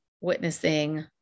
witnessing